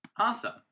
Awesome